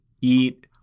eat